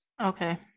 okay